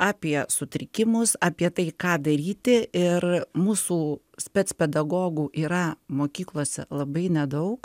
apie sutrikimus apie tai ką daryti ir mūsų spec pedagogų yra mokyklose labai nedaug